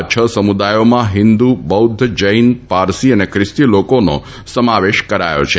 આ છ સમુદાયોમાં હિંદુ બૌદ્ધ જૈન પારસી અને ખ્રીસ્તી લોકોનો સમાવેશ કરાયો છે